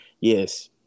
Yes